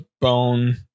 bone